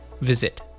visit